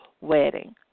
wedding